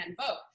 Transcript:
vote